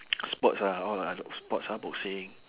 sports ah all oth~ sports ah boxing